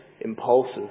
impulsive